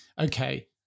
okay